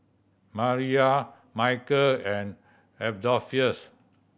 Mariyah Micheal and Adolphus